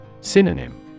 Synonym